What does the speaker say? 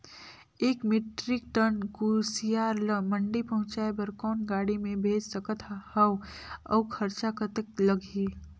एक metric tonne कुसियार ल मंडी पहुंचाय बर कौन गाड़ी मे भेज सकत हव अउ खरचा कतेक लगही?